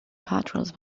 patrols